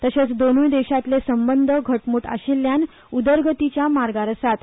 तशेंच दोनूय देशांतले संबंद घटमूट आशिल्ल्यान उदरगतीच्या मार्गार आसात